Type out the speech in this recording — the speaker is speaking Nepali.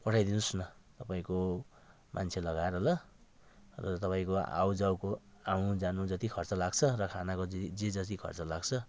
पठाइदिनु होस् न तपाईँको मान्छे लगाएर ल र तपाईँको आउ जाउको आउनु जानु जति खर्च लाग्छ र खानाको जे जे जति खर्च लाग्छ